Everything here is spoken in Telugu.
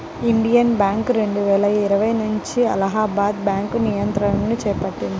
ఇండియన్ బ్యాంక్ రెండువేల ఇరవై నుంచి అలహాబాద్ బ్యాంకు నియంత్రణను చేపట్టింది